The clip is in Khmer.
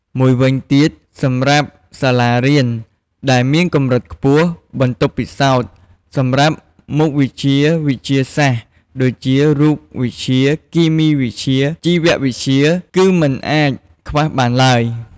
មួយវិញទៀតសម្រាប់សាលារៀនដែលមានកម្រិតខ្ពស់ បន្ទប់ពិសោធន៍ សម្រាប់មុខវិជ្ជាវិទ្យាសាស្ត្រ ដូចជា រូបវិទ្យា គីមីវិទ្យា ជីវវិទ្យា គឺមិនអាចខ្វះបានឡើយ។